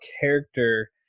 character